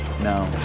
no